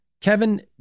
Kevin